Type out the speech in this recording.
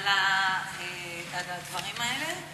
על הדברים האלה.